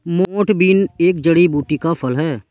मोठ बीन एक जड़ी बूटी का फल है